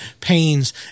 pains